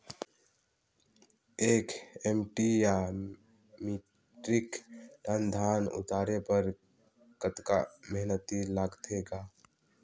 एक एम.टी या metric ton धन उतारे बर कतका मेहनती लगथे ग?